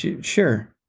sure